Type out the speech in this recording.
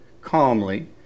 calmly